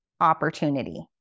opportunity